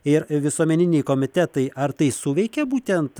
ir visuomeniniai komitetai ar tai suveikė būtent